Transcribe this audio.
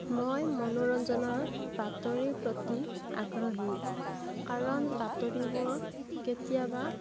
মই মনোৰঞ্জনৰ বাতৰিৰ প্ৰতি আগ্ৰহী কাৰণ বাতৰিবোৰ কেতিয়াবা